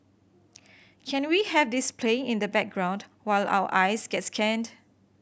can we have this playing in the background while our eyes get scanned